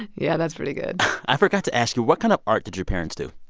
yeah, that's pretty good i forgot to ask you, what kind of art did your parents do?